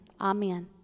Amen